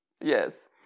yes